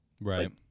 Right